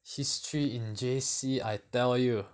history in J_C I tell you